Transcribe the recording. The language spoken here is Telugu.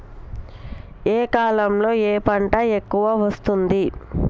ఏ కాలంలో ఏ పంట ఎక్కువ వస్తోంది?